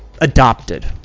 adopted